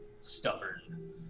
stubborn